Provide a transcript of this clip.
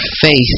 faith